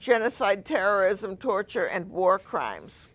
genocide terrorism torture and war crimes